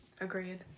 agreed